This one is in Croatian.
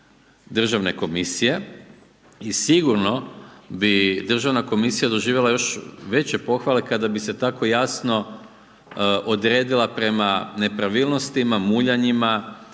Državne komisije i sigurno bi Državna komisija doživjela još veći pohvale kada bi se tako jasno odredila prema nepravilnostima, muljanima,